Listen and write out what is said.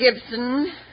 Gibson